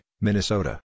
Minnesota